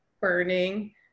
burning